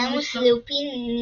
רמוס לופין,